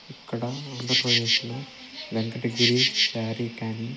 ఇక్కడ ఆంధ్రప్రదేశ్లో వెంకటగిరి శారీ కానీ